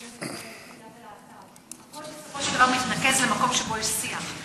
הכול בסופו של דבר מתנקז למקום שבו יש שיח.